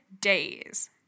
days